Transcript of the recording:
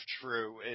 true